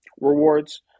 Rewards